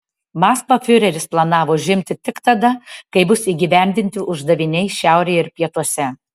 maskvą fiureris planavo užimti tik tada kai bus įgyvendinti uždaviniai šiaurėje ir pietuose